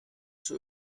zur